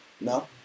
no